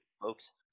folks